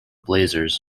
blazers